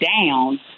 down